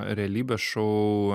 realybės šou